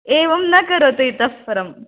एवं न करोतु इतःपरं